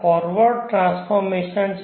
તેથી આ forward transformation છે